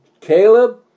Caleb